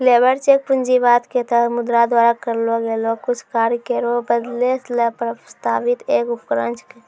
labour cheque पूंजीवाद क तहत मुद्रा द्वारा करलो गेलो कुछ कार्य केरो बदलै ल प्रस्तावित एक उपकरण छिकै